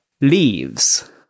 leaves